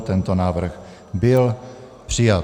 Tento návrh byl přijat.